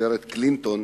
הגברת קלינטון,